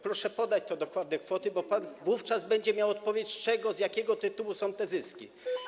Proszę podać dokładne kwoty, bo pan wówczas będzie miał odpowiedź, z czego, z jakiego tytułu są te zyski.